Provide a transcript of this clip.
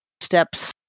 steps